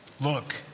Look